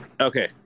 Okay